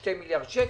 2 מיליארד שקל.